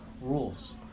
rules